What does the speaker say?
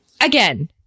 Again